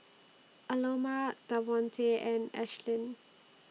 Aloma Davonte and Ashlynn